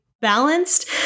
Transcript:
balanced